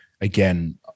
again